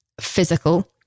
physical